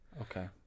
Okay